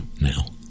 now